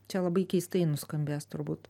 čia labai keistai nuskambės turbūt